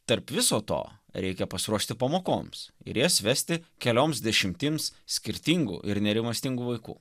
tarp viso to reikia pasiruošti pamokoms ir jas vesti kelioms dešimtims skirtingų ir nerimastingų vaikų